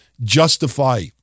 justify